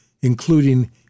including